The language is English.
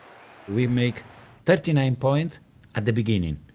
we make thirty nine points at the beginning,